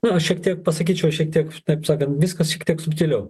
na šiek tiek pasakyčiau šiek tiek taip sakant viskas šiek tiek subtiliau